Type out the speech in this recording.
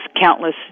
countless